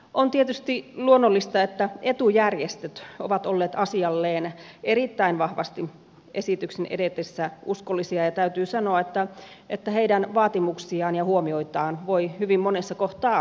on tietysti luonnollista että etujärjestöt ovat esityksen edetessä olleet asialleen erittäin vahvasti uskollisia ja täytyy sanoa että heidän vaatimuksensa ja huomionsa voi hyvin monessa kohtaa allekirjoittaa